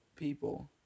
people